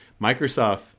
Microsoft